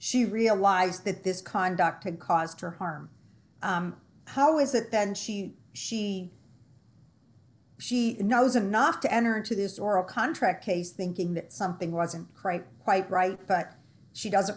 she realized that this conduct had caused her harm how is it then she she she knows enough to enter into this oral contract case thinking that something wasn't right quite right but she doesn't